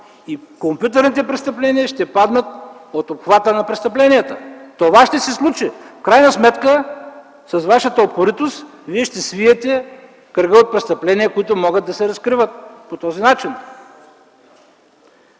Компютърните престъпления ще паднат от обхвата на престъпленията. Това ще се случи. В крайна сметка с вашата упоритост ще свиете кръга от престъпления, които могат да се разкриват по този начин.